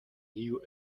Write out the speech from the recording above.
new